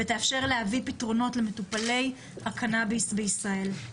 ותאפשר להביא פתרונות למטופלי הקנאביס בישראל.